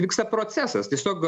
vyksta procesas tiesiog